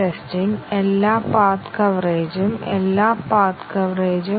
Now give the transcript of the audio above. അതിനാൽ ഒരാൾ b പൂർത്തിയാക്കിയാലുടൻ നിർവ്വഹിക്കും